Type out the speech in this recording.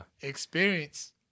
Experience